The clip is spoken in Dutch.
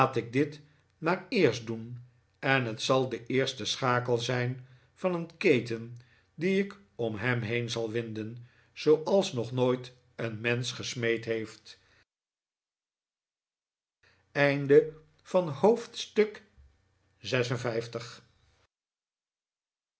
ik dit maar eerst doen en het zal de eerste schakel zijn van een keten die ik om hem heen zal winden zooals nog nooit een mensch gesmeed heeft hoofdstuk